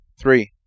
Three